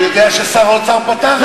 אני יודע ששר האוצר פתר את זה.